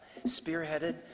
spearheaded